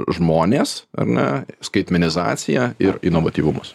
žmonės ar ne skaitmenizacija ir inovatyvumas